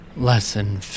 Lesson